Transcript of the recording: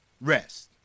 rest